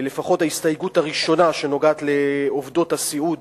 לפחות ההסתייגות הראשונה שנוגעת לעובדות הסיעוד,